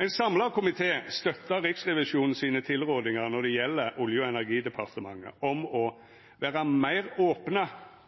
Ein samla komité støttar Riksrevisjonens tilrådingar når det gjeld Olje- og energidepartementet, om å vera meir opne